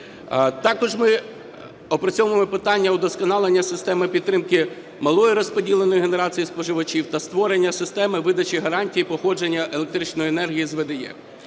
Також ми опрацьовуємо питання удосконалення системи підтримки малої розподіленої генерації споживачів та створення системи видачі гарантій походження електричної енергії з ВДЕ.